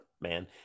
man